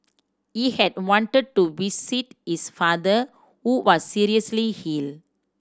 he had wanted to visit his father who was seriously hill